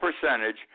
percentage